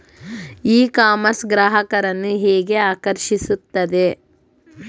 E commerce ಗ್ರಾಹಕರನ್ನು ಹೇಗೆ ಆಕರ್ಷಿಸುತ್ತದೆ?